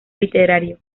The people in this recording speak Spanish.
literario